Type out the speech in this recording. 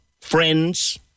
Friends